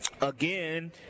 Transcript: Again